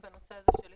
בנושא הזה של אחסון.